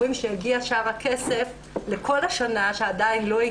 בתוך השנה הזאת,